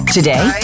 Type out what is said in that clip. Today